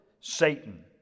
Satan